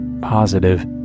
positive